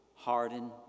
Harden